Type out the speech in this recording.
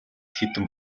хэдэн